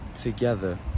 together